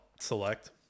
Select